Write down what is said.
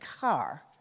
car